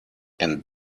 and